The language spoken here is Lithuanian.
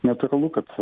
natūralu kad